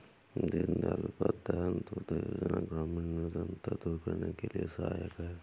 दीनदयाल उपाध्याय अंतोदय योजना ग्रामीण निर्धनता दूर करने में सहायक है